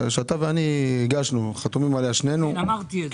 טוב רבותיי.